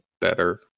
better